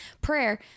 prayer